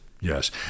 yes